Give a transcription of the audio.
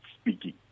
speaking